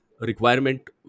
requirement